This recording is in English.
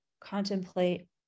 contemplate